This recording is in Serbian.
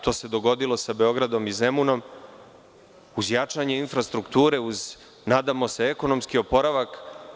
To se dogodilo sa Beogradom i Zemunom, uz jačanje infrastrukture, uz nadamo se, ekonomski oporavak.